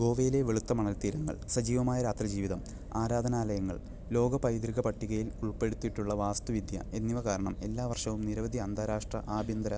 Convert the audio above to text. ഗോവയിലെ വെളുത്ത മണൽ തീരങ്ങൾ സജീവമായ രാത്രിജീവിതം ആരാധനാലയങ്ങൾ ലോക പൈതൃക പട്ടികയിൽ ഉൾപ്പെടുത്തിയിട്ടുള്ള വാസ്തുവിദ്യ എന്നിവ കാരണം എല്ലാ വർഷവും നിരവധി അന്താരാഷ്ട്ര ആഭ്യന്തര